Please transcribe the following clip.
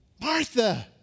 Martha